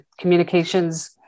communications